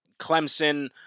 Clemson